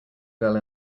girl